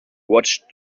watched